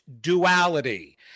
duality